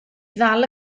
ddal